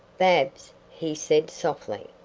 babs, he said, softly,